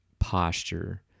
posture